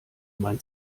mein